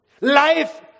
Life